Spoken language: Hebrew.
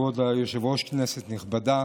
כבוד היושב-ראש, כנסת נכבדה,